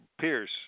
Pierce